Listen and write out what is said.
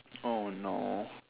oh no